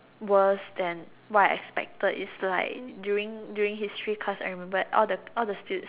worse than what I expected is like during during history class I remember all the all the student